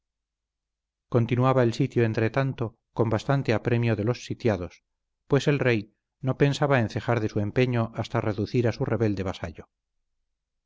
continuaba el sitio entre tanto con bastante apremio de los sitiados pues el rey no pensaba en cejar de su empeño hasta reducir a su rebelde vasallo